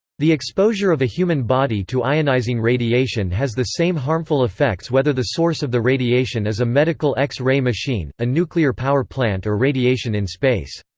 the exposure of a human body to ionizing radiation has the same harmful effects whether the source of the radiation is a medical x-ray machine, a nuclear power plant or radiation in space.